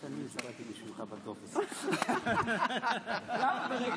אנא שב במקומך לשמוע את ברכתו של שר המשפטים.